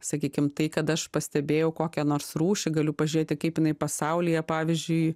sakykim tai kad aš pastebėjau kokią nors rūšį galiu pažiūrėti kaip jinai pasaulyje pavyzdžiui